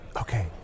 Okay